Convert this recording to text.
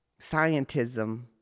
scientism